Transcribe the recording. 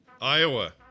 Iowa